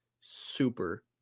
super